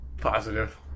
Positive